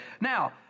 Now